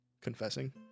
confessing